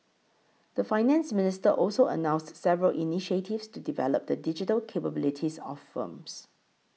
the Finance Minister also announced several initiatives to develop the digital capabilities of firms